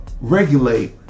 regulate